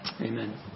Amen